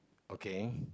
okay